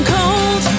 Cold